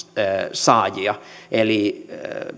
saajia eli